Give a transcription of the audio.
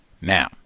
now